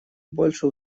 больше